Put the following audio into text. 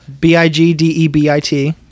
B-I-G-D-E-B-I-T